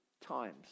times